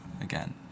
again